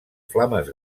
flames